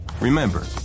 Remember